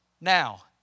Now